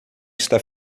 está